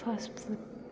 fast food